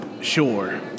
Sure